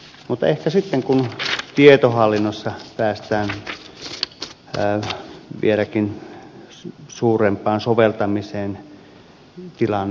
mutta ehkä sitten kun tietohallinnossa päästään vieläkin suurempaan soveltamiseen tilanne helpottuu